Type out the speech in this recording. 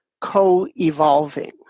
co-evolving